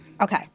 Okay